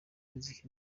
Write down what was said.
music